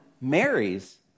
marries